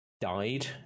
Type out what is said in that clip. died